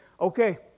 okay